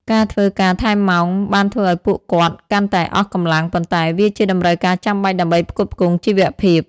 ការធ្វើការថែមម៉ោងបានធ្វើឱ្យពួកគាត់កាន់តែអស់កម្លាំង ប៉ុន្តែវាជាតម្រូវការចាំបាច់ដើម្បីផ្គត់ផ្គង់ជីវភាព។